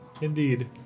Indeed